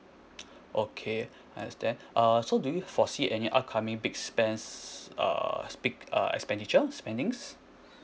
okay understand uh so do you foresee any upcoming big spends uh big uh expenditure spending